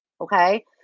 Okay